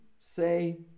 say